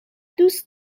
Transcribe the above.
دوست